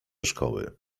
szkoły